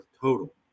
total